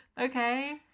Okay